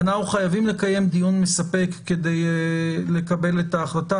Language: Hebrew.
ואנחנו חייבים לקיים דיון מספק כדי לקבל את ההחלטה,